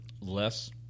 Less